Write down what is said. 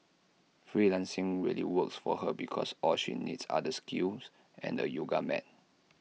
freelancing really works for her because all she needs are the skills and A yoga mat